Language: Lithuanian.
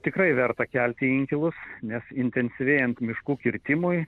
tikrai verta kelti inkilus nes intensyvėjant miškų kirtimui